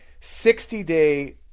60-day